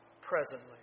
presently